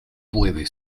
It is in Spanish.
puede